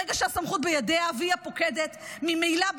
ברגע שהסמכות בידיה והיא הפוקדת ממילא,